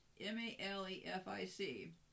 M-A-L-E-F-I-C